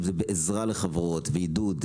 בעזרה לחברות ועידוד,